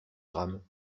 grammes